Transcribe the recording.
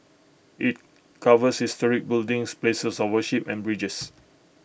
IT covers historic buildings places of worship and bridges